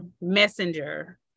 messenger